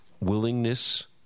willingness